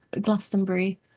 Glastonbury